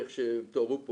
כפי שאתם יודעים,